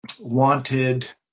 wanted